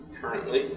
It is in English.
currently